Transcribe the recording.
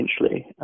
essentially